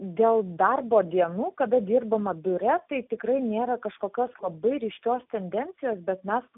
dėl darbo dienų kada dirbama biure tai tikrai nėra kažkokios labai ryškios tendencijos bet mes